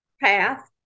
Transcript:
path